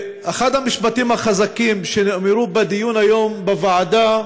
אחד המשפטים החזקים שנאמרו בדיון היום בוועדה,